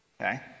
Okay